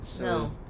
no